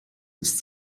ist